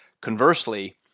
Conversely